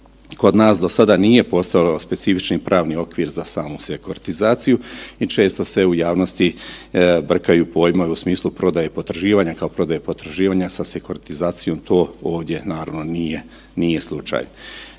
kod nas do sada nije postojao specifični pravni okvir za samu sekuritizaciju i često se u javnosti brkaju pojmovi u smislu prodaje i potraživanja, kao prodaje potraživanja sa sekuritizacijom, to ovdje, naravno, nije slučaj.